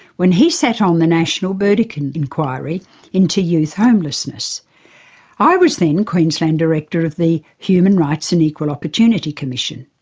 when he sat on the national burdekin inquiry into youth homelessness and i was then queensland director of the human rights and equal opportunity commission.